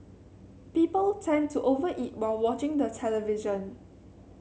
people tend to over eat while watching the television